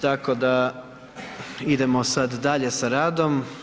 Tako da idemo sad dalje sa radom.